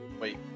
wait